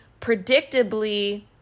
predictably